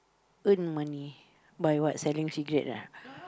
earn money by what selling cigarettes